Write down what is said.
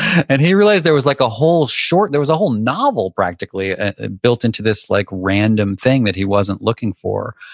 and he realized there was like a whole short, there was a whole novel practically built into this like random thing that he wasn't looking for.